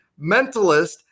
mentalist